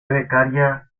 becaria